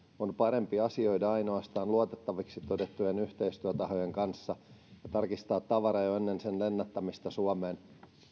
on parempi asioida ainoastaan luotettaviksi todettujen yhteistyötahojen kanssa ja tarkistaa tavara jo ennen sen lennättämistä suomeen